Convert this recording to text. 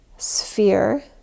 sphere